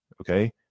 Okay